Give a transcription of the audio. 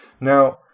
Now